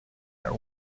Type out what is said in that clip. are